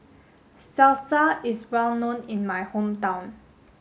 Salsa is well known in my hometown